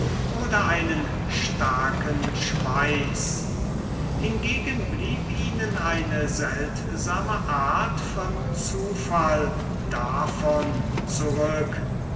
oder einen starken schweiß hingegen blieb ihnen eine seltsame art von zufall davon zurück